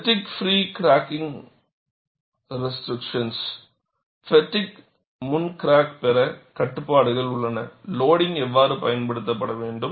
பெட்டிக் pre cracking restriction fatigue முன் crack பெற கட்டுப்பாடுகள் உள்ளன லோடிங்க் எவ்வாறு பயன்படுத்தப்பட வேண்டும்